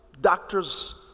doctors